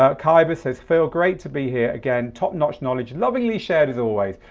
ah khyber says feel great to be here again, top-notch knowledge lovingly shared as always.